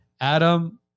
Adam